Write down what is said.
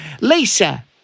Lisa